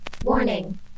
Warning